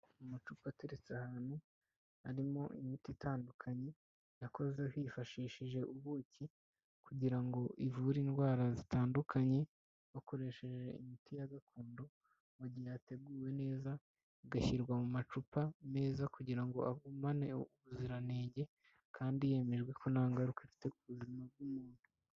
Amacupa ateretse ahantu, arimo imiti itandukanye yakozwe hifashishijwe ubuki kugira ngo ivure indwara zitandukanye, bakoresheje imiti ya gakondo mu gihe yateguwe neza igashyirwa mu macupa meza, kugira ngo igumane ubuziranenge, kandi yemejwe ko nta ngaruka ifite ku buzima bw'umuntu.